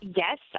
yes